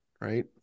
right